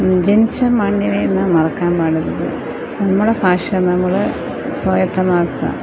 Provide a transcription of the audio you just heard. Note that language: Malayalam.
ജനിച്ച മണ്ണിനെ നാം മറക്കാൻ പാടില്ല നമ്മുടെ ഭാഷ നമ്മൾ സ്വായത്തമാക്കുക